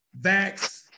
vax